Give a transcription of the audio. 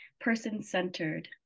person-centered